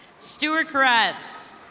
stuart perez.